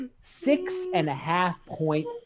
Six-and-a-half-point